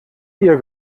ihr